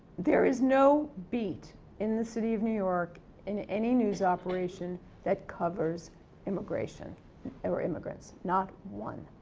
there is no beat in the city of new york in any news operation that covers immigration or immigrants, not one.